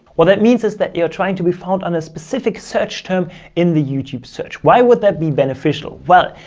well, that means that you are trying to be found on a specific search term in the youtube search. why would that be beneficial? well,